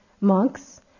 monks